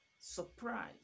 surprise